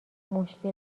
مشکی